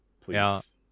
Please